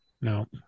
no